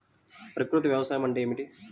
ప్రకృతి వ్యవసాయం అంటే ఏమిటి?